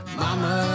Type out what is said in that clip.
mama